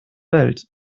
welt